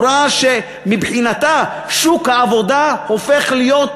מבחינתה שוק העבודה הופך להיות